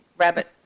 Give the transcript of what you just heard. rabbit